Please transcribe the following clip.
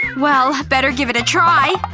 well, better give it a try